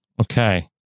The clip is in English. Okay